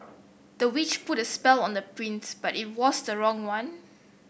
the witch put a spell on the prince but it was the wrong one